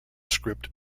script